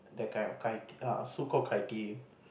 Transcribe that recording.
that kind of cri~ uh so called criteria